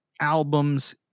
albums